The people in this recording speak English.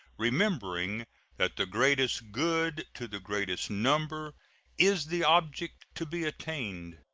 remembering that the greatest good to the greatest number is the object to be attained.